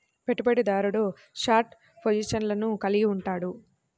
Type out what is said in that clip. పెట్టుబడిదారుడు షార్ట్ పొజిషన్లను కలిగి ఉంటాడు